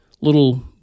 little